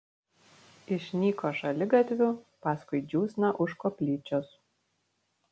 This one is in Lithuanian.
išnyko šaligatviu paskui džiūsną už koplyčios